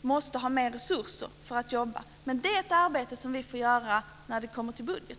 måste ha mer resurser för att jobba? Men det är ett arbete som vi får göra när vi kommer till budgeten.